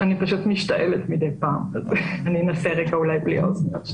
אני אנסה רגע בלי האוזניות.